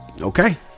okay